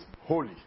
holy